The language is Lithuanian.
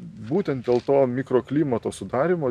būtent dėl to mikroklimato sudarymo